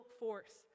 force